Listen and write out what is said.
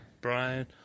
Brian